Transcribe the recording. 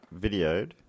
videoed